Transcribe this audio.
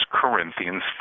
Corinthians